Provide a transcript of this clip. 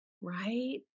right